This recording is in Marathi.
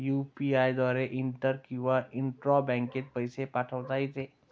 यु.पी.आय द्वारे इंटर किंवा इंट्रा बँकेत पैसे पाठवता येते